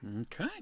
Okay